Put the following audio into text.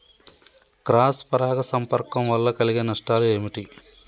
Cross పరాగ సంపర్కం వల్ల కలిగే నష్టాలు ఏమిటి?